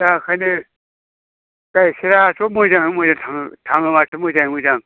दा बेखायनो गाइखेराथ' मोजाङैनो मोजां थाङो माथो मोजाङै मोजां